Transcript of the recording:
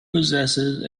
possesses